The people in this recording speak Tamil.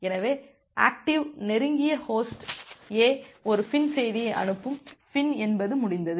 எனவே ஆக்டிவ் நெருங்கிய ஹோஸ்ட் A ஒரு FIN செய்தியை அனுப்பும் FIN என்பது முடிந்தது